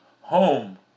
home